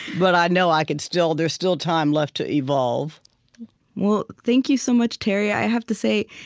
but i know i can still there's still time left to evolve well, thank you so much, terry. i have to say,